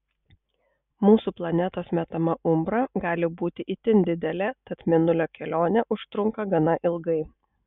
mūsų planetos metama umbra gali būti itin didelė tad mėnulio kelionė užtrunka gana ilgai